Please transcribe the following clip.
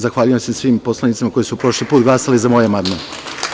Zahvaljujem se svim poslanicima koji su prošli put glasali za moj amandman.